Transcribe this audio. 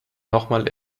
nochmal